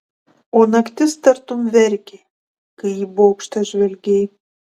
o naktis tartum verkė kai į bokštą žvelgei